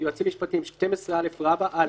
"יועצים משפטיים 12א. (א)